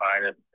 minus